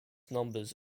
numbers